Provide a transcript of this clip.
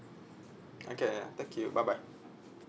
okay ya thank you bye bye